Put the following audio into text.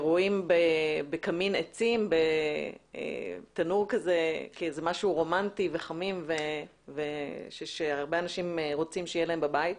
רואים בקמין עצים משהו רומנטי וחמים שהרבה אנשים רוצים שיהיה להם בבית,